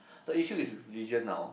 the issue is with religion now